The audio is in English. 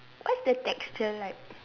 what's the texture like